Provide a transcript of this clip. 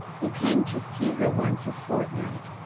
who came to see her once a fortnight!